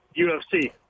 UFC